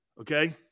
Okay